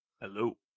Hello